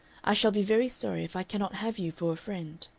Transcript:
i shall be very sorry if i cannot have you for a friend.